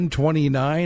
129